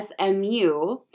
SMU